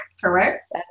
correct